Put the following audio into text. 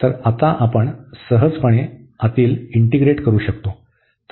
तर आता आपण सहजपणे आतील इंटीग्रेट करू शकतो